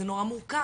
זה נורא מורכב,